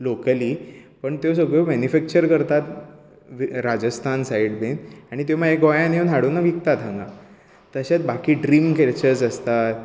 locally पण त्यो सगळ्यो मेनीफॅक्चर करतात राजस्थान सायड बीन आनी त्यो मागीर गोंयांत येवन हाडून विकतात हांगां तशे बाकी ड्रिम कॅचर्स आसतात